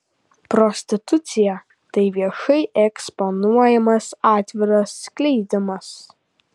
prostitucija tai viešai eksponuojamas atviras skleidimas